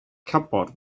cupboard